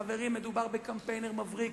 חברים, מדובר בקמפיינר מבריק.